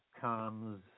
comes